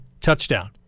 touchdown